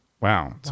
Wow